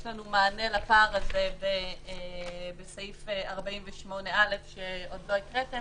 יש לנו מענה לפער הזה בסעיף 48(א) שעוד לא הקראתם